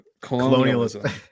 Colonialism